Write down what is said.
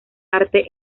arte